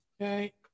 Okay